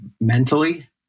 mentally